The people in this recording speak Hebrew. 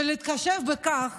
ובהתחשב בכך